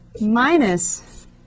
minus